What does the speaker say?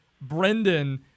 Brendan